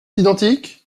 identiques